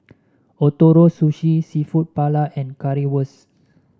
Ootoro Sushi seafood Paella and Currywurst